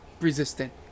resistant